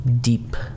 deep